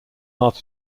heart